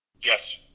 Yes